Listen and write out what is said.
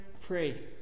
pray